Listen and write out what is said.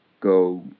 go